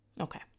Okay